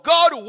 God